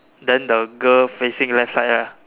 then the girl facing left side ah